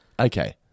Okay